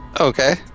Okay